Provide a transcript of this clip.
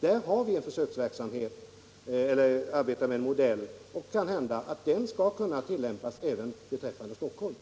Där arbetar vi med en modell, och det kan hända att den går att tillämpa även för Stockholm.